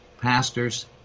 pastors